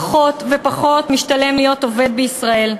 פחות ופחות משתלם להיות עובד בישראל.